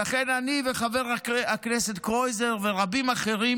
ולכן אני וחבר הכנסת קרויזר ורבים אחרים,